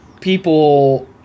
people